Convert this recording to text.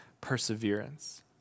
perseverance